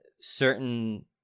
certain